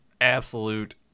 absolute